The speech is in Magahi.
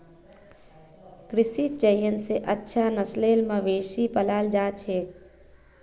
कृत्रिम चयन स अच्छा नस्लेर मवेशिक पालाल जा छेक